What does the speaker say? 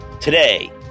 Today